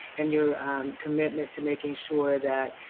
and your commitment to making sure that,